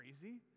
crazy